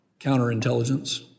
counterintelligence